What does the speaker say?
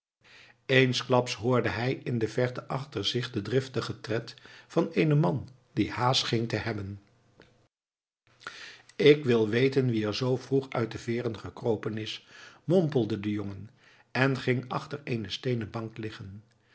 eensklaps hoorde hij in de verte achter zich den driftigen tred van eenen man die haast scheen te hebben ik wil weten wie er zoo vroeg uit de veeren gekropen is mompelde de jongen en ging achter eene steenen bank liggen